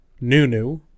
Nunu